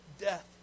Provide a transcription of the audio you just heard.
death